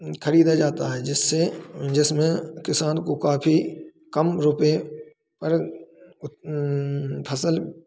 ख़रीदा जाता है जिससे जिसमें किसान को काफी कम रुपये पर फसल